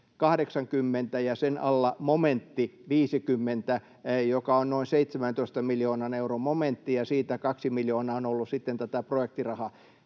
ja sen alla momentti 50, joka on noin 17 miljoonan euron momentti, ja siitä kaksi miljoonaa on ollut sitten tätä projektirahaa.